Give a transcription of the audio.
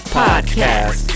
podcast